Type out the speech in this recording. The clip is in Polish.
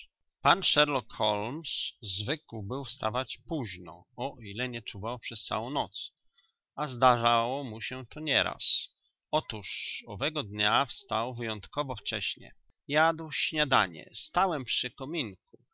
sherlock holmes zwykł był wstawać późno o ile nie czuwał przez całą noc a zdarzało mu się to nieraz otóż owego dnia wstał wyjątkowo wcześnie jadł śniadanie stałem przy kominku